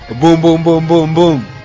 Boom-boom-boom-boom-boom